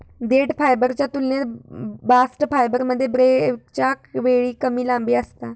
देठ फायबरच्या तुलनेत बास्ट फायबरमध्ये ब्रेकच्या वेळी कमी लांबी असता